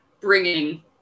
bringing